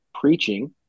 preaching